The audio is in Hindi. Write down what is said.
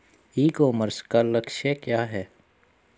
ई कॉमर्स का लक्ष्य क्या है?